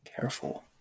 careful